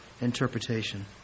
interpretation